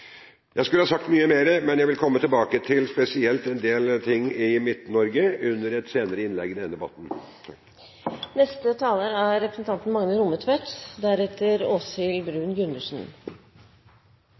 Jeg skulle ha sagt mye mer, men jeg vil spesielt komme tilbake til en del ting knyttet til Midt-Norge i et senere innlegg i denne debatten.